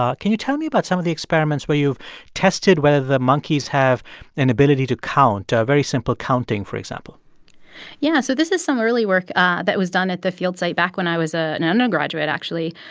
ah can you tell me about some of the experiments where you've tested whether the monkeys have an ability to count? very simple counting, for example yeah. so this is some early work ah that was done at the field site back when i was ah an undergraduate, actually.